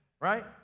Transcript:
Right